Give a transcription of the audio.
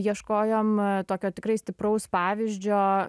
ieškojom tokio tikrai stipraus pavyzdžio